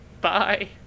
Bye